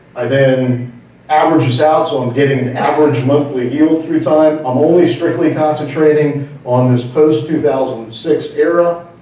i then average this out so i'm getting average monthly yield through time. i'm only strictly concentrating on this post two thousand and six era,